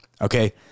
Okay